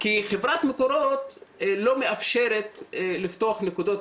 כי חברת מקורות לא מאפשרת לפתוח נקודות